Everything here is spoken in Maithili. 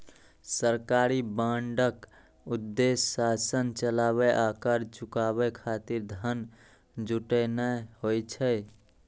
सरकारी बांडक उद्देश्य शासन चलाबै आ कर्ज चुकाबै खातिर धन जुटेनाय होइ छै